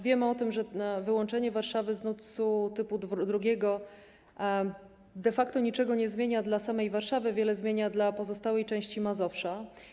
Wiemy o tym, że wyłączenie Warszawy z NUTS 2 de facto niczego nie zmienia dla samej Warszawy, a wiele zmienia dla pozostałej części Mazowsza.